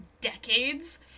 decades